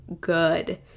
good